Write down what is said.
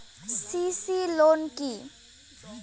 CC loan কি?